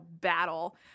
battle